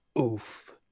oof